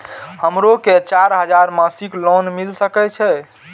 हमरो के चार हजार मासिक लोन मिल सके छे?